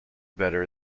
better